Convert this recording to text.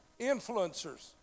Influencers